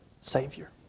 Savior